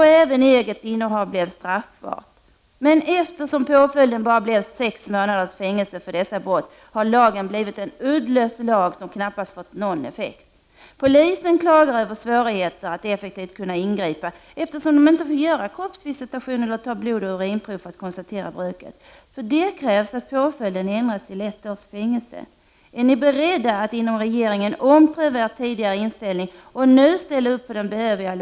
Även eget innehav blev straffbart. Eftersom påföljden för dessa brott bara blev sex månaders fängelse har lagen blivit uddlös och har knappast fått någon effekt. Polisen klagar över svårigheter att effektivt kunna ingripa, eftersom man inte får göra kroppsvisitation eller ta blodoch urinprov för att konstatera bruket. För det krävs att påföljden ändras till ett års fängelse. Är ni beredda att inom regeringen ompröva er tidigare inställning och nu ställa upp på den behövliga